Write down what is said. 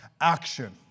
action